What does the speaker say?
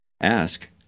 Ask